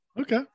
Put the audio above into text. Okay